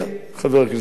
חבר הכנסת מולה?